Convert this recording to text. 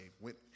went